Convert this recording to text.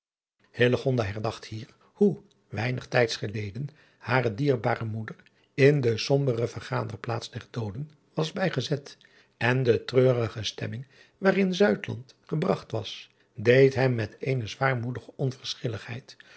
herdacht hier hoe weinig tijds geleden hare dierbare moeder in de sombere vergaderplaats der dooden was bijgezet en de treurige stemming waarin gebragt was deed hem met eene zwaarmoedige onverschilligheid